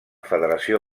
federació